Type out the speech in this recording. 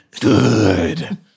Good